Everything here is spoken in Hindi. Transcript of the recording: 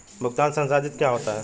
भुगतान संसाधित क्या होता है?